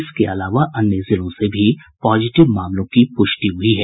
इसके अलावा अन्य जिलों से भी पॉजिटिव मामलों की पुष्टि हुई है